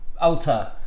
alter